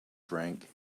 drank